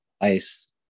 ice